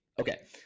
Okay